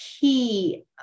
key